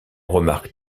remarque